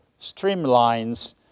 streamlines